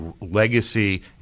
legacy